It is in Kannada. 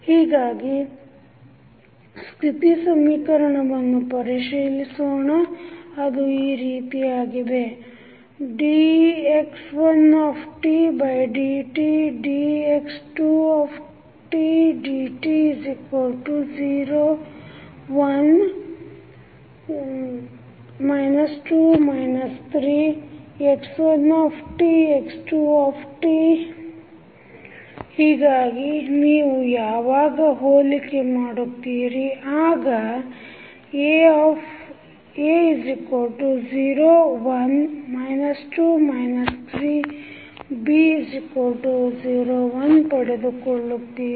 ಹೀಗಾಗಿ ಸ್ಥಿತಿ ಸಮೀಕರಣವನ್ನು ಪರಿಶೀಲಿಸೋಣ ಅದು ಈ ರೀತಿ ಆಗಿದೆ dx1dt dx2dt 0 1 2 3 x1 x2 0 1 u ಹೀಗಾಗಿ ನೀವು ಯಾವಾಗ ಹೊಲಿಕೆ ಮಾಡುತ್ತೀರಿ ಆಗ A0 1 2 3 B0 1 ಪಡೆದುಕೊಳ್ಳುತ್ತೀರಿ